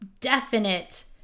definite